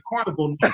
carnival